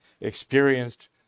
experienced